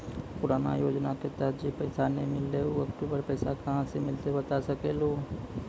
पुराना योजना के तहत जे पैसा नै मिलनी ऊ अक्टूबर पैसा कहां से मिलते बता सके आलू हो?